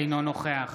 אינו נוכח